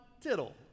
tittle